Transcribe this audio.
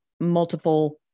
multiple